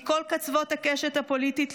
מכל קצוות הקשת הפוליטית,